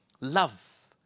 Love